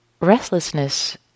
restlessness